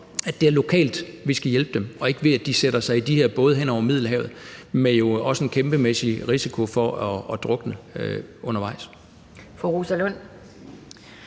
at det er lokalt, vi skal hjælpe dem, og ikke ved, at de sætter sig i de her både og sejler hen over Middelhavet, hvor der jo også er en kæmpemæssig risiko for at drukne undervejs. Kl. 11:20 Anden